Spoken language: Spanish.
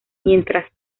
mientras